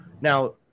Now